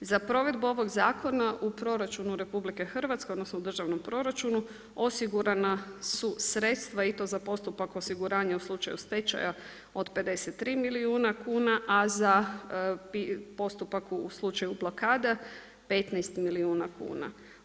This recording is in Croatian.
Za provedbu ovog zakona u proračunu RH, odnosno u državnom proračunu, osigurana su sredstva i to za postupak osiguranja u slučaju stečaju od 53 milijuna kuna, a za postupak u slučaju blokade 15 milijuna kuna.